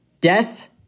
Death